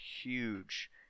huge